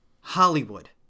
Hollywood